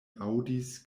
aŭdis